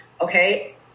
Okay